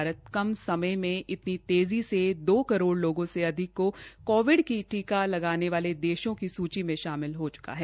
भारत कम समय में इतनी तेज़ी से दो करोड़ लोगों से अधिक को कोविड की टीका लगाने वाले देशों की सूची में शामिल हो चुका है